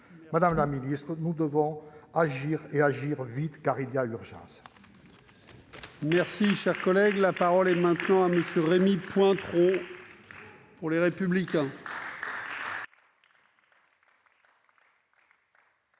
Madame la ministre, nous devons agir, et agir vite. Il y a urgence